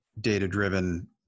data-driven